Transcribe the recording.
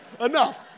Enough